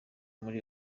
muri